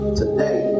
today